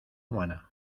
humana